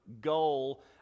goal